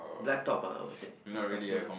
laptop ah I would say in particular